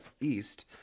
east